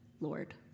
Lord